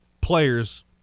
players